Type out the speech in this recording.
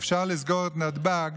אפשר לסגור את נתב"ג